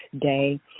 day